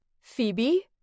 Phoebe